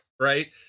right